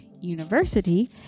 University